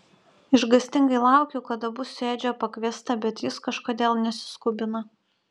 išgąstingai laukiu kada būsiu edžio pakviesta bet jis kažkodėl nesiskubina